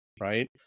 right